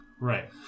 right